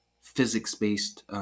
physics-based